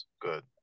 good